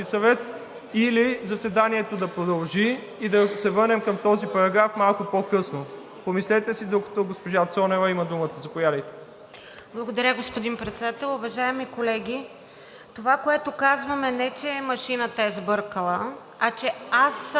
или заседанието да продължи и да се върнем към този параграф малко по-късно? Помислете си, докато госпожа Цонева има думата. Заповядайте. АНТОАНЕТА ЦОНЕВА (ДБ): Благодаря, господин Председател. Уважаеми колеги, това, което казвам, е, не че машината е сбъркала, а че аз съм